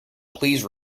please